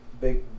big